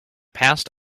past